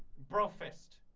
brofist!